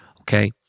okay